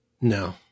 No